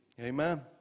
Amen